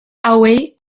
hauei